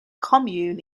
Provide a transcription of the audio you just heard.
commune